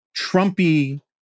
Trumpy